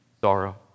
sorrow